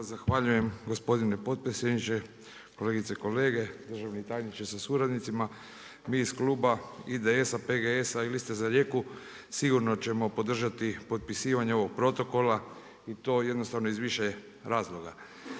zahvaljujem gospodine potpredsjedniče, kolegice i kolege, državni tajniče sa suradnicima. Mi iz kluba IDS-a, PGS-a i Liste za Rijeku sigurno ćemo podržati potpisivanje ovog protokola i to jednostavno iz više razloga.